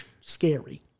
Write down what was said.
scary